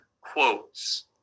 quotes